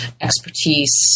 expertise